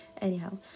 anyhow